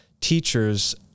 teachers